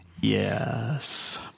yes